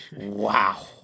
Wow